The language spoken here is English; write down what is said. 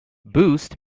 boost